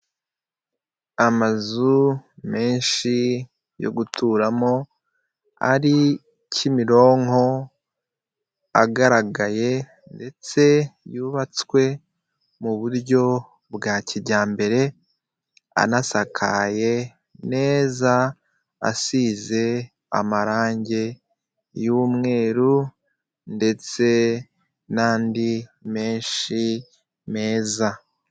Amazu menshi yo guturamo ari kimironko agaragaye ndetse yubatswe mu buryo bwa kijyambere anasakaye neza asize amarange y'umweru ndetse n'andi menshi meza.